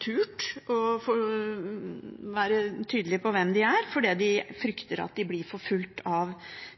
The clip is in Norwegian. turt å være tydelige på hvem de er fordi de har fryktet at de blir forfulgt av